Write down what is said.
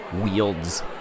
wields